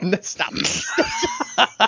Stop